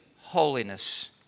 holiness